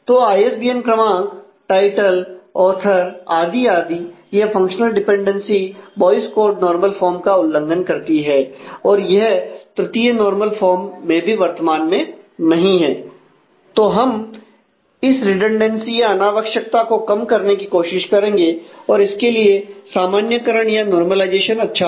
तो आईएसबीएन क्रमांक → title author आदि आदि यह functional dependency Boyce Codd normal form में भी वर्तमान में नहीं है